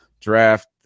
draft